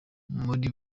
muri